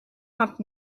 vingt